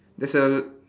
there's a